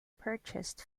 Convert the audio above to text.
purchased